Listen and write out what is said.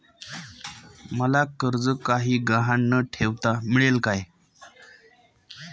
मला कर्ज काही गहाण न ठेवता मिळेल काय?